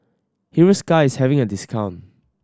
Hiruscar is having a discount